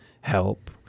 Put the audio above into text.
help